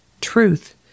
Truth